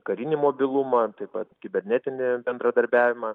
karinį mobilumą taip pat kibernetinį bendradarbiavimą